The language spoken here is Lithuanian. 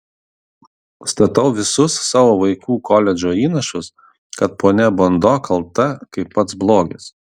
statau visus savo vaikų koledžo įnašus kad ponia bando kalta kaip pats blogis